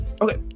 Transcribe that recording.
okay